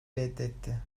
reddetti